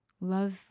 Love